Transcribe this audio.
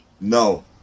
No